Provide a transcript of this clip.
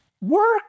work